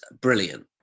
brilliant